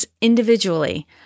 individually